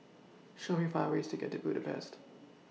Show Me five ways to get to Budapest